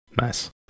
Nice